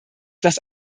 das